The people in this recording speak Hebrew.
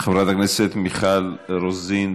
חברת הכנסת מיכל רוזין,